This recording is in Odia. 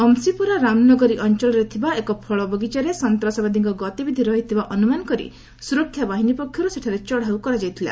ଅମ୍ସିପୋରା ରାମନଗରୀ ଅଞ୍ଚଳରେ ଥିବା ଏକ ଫଳ ବଗିଚାରେ ସନ୍ତ୍ରାସବାଦୀଙ୍କ ଗତିବିଧି ରହିଥିବା ଅନୁମାନ କରି ସୁରକ୍ଷା ବାହିନୀ ପକ୍ଷରୁ ସେଠାରେ ଚଢ଼ଉ କରାଯାଇଥିଲା